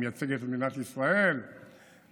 היא מייצגת את מדינת ישראל בשליחות.